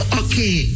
okay